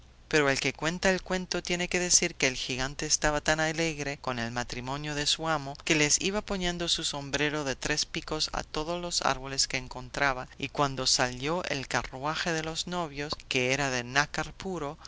pero el que cuenta el cuento tiene que decir que el gigante estaba tan alegre con el matrimonio de su amo que les iba poniendo su sombrero de tres picos a todos los árboles que encontraba y cuando salió el carruaje de los novios que era de nácar puro